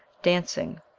dancing,